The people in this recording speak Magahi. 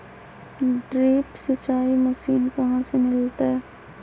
ड्रिप सिंचाई मशीन कहाँ से मिलतै?